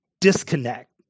disconnect